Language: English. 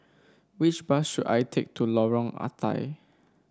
which bus should I take to Lorong Ah Thia